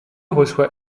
reçoit